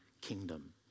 kingdom